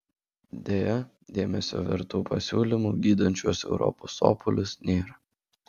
deja dėmesio vertų pasiūlymų gydant šiuos europos sopulius nėra